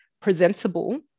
presentable